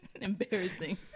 Embarrassing